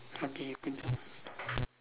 okay you put down